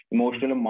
Emotional